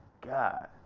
God